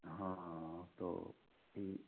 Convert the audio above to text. हाँ हाँ तो ठीक